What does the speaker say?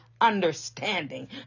understanding